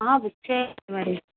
ఇచ్చే మరి